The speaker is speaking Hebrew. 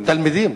תלמידים.